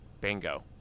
Bingo